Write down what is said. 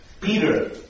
Peter